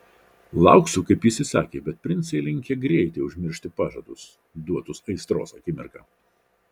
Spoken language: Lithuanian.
lauksiu kaip jis įsakė bet princai linkę greitai užmiršti pažadus duotus aistros akimirką